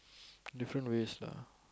different ways lah